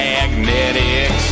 Magnetic